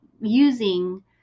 using